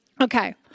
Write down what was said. Okay